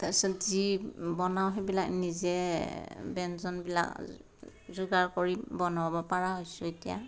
তাৰপিছত যি বনাওঁ সেইবিলাক নিজেই ব্যঞ্জনবিলাক যোগাৰ কৰি বনাব পৰা হৈছোঁ এতিয়া